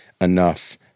enough